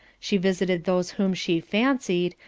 she visited those whom she fancied,